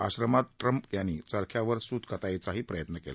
आश्रमात ट्रम्प यांनी चरख्यावर सूत कताईचाही प्रयत्न केला